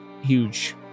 huge